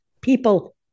people